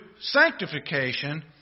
sanctification